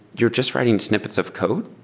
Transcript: you're just writing snippets of code.